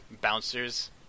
bouncers